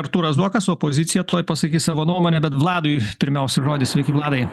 artūras zuokas opozicija tuoj pasakys savo nuomonę bet vladui pirmiausia žodis sveiki vladai